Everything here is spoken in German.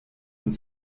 und